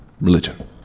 religion